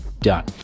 Done